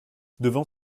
devant